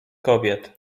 kobiet